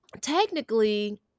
technically